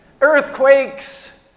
earthquakes